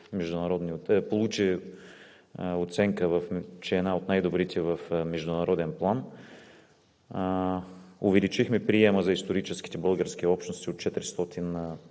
получи оценка, че е една от най-добрите в международен план. Увеличихме приема за историческите български общности от 400